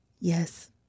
Yes